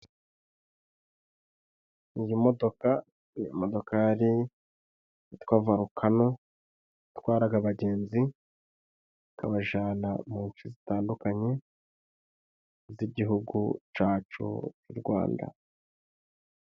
Iyi modoka: Iyi modokari yitwa Valukano, itwaraga abagenzi ikabajana mu nce zitandukanye z'igihugu cacu c'u rwanda.